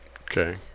okay